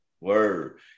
Word